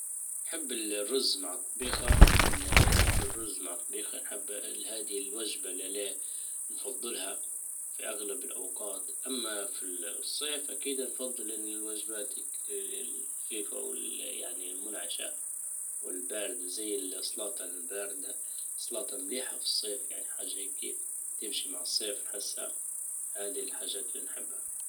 نحب الرز مع الطبيخة اننا نحب الرز مع الطبيخة نحب لهادي الوجبة اللى نفضلها في اغلب الاوقات اما في الصيف اكيد نفضل الوجبات الخفيفة يعني والمنعشة والباردة زي السلاطة الباردة السلاطة مليحة في الصيف يعني حاجة هيك تمشي مع الصيف هسا هذي الحاجات اللي نحبها